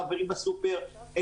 מעבירים בסופר,